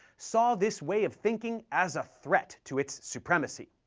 saw this way of thinking as a threat to its supremacy.